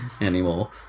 anymore